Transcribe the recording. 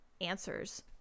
answers